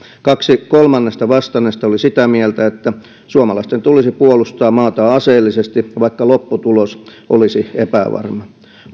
kaksi kolmannesta vastanneista oli sitä mieltä että suomalaisten tulisi puolustaa maata aseellisesti vaikka lopputulos olisi epävarma